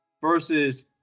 versus